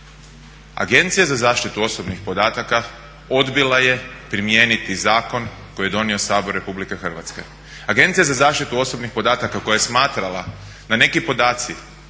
Agencija za zaštitu osobnih podataka odbila je primijeniti zakon koji je donio Sabor Republike Hrvatske. Agencija za zaštitu osobnih podataka koja je smatrala da neki podaci